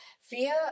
fear